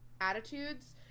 attitudes